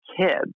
kids